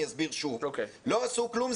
אני אסביר שוב לא עשו כלום,